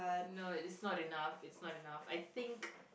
no it is not enough it's not enough I think